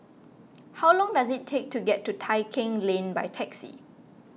how long does it take to get to Tai Keng Lane by taxi